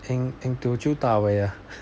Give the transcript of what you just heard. in in teochew da wei ah